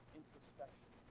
introspection